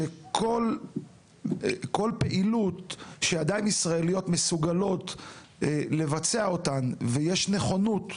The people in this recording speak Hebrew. שכל פעילות שעדיין ישראליות מסוגלות לבצע אותן ויש נכונות,